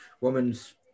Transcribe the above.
woman's